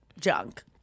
junk